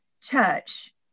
church